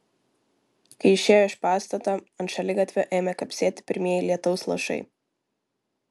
kai išėjo iš pastato ant šaligatvio ėmė kapsėti pirmieji lietaus lašai